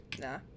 Nah